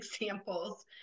examples